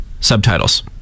subtitles